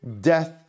death